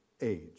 age